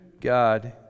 God